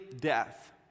death